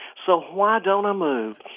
so why don't i move?